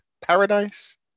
paradise